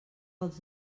els